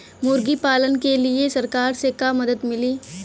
मुर्गी पालन के लीए सरकार से का मदद मिली?